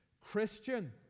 Christian